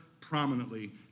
prominently